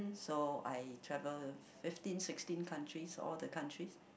so I traveled fifteen sixteen countries all the countries